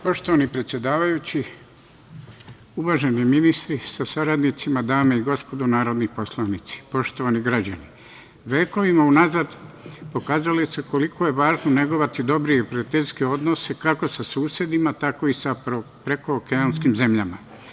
Poštovani predsedavajući, uvaženi ministri sa saradnicima, dame i gospodo narodni poslanici, poštovani građani, vekovima unazad pokazalo se koliko je važno negovati dobre i prijateljske odnose kako sa susedima, tako i sa prekookeanskim zemljama.